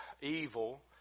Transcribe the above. evil